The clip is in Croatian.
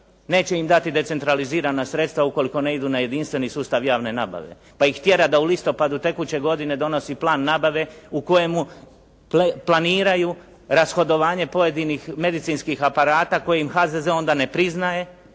Neće im dati decentralizirani sredstva ukoliko ne idu na jedinstveni sustav javne nabave. Pa ih tjera da u listopadu tekuće godine donosi plan nabave u kojemu planiraju rashodovanje pojedinih medicinskih aparata kojim HZZO onda ne priznaje,